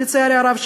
לצערי הרב,